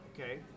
okay